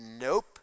Nope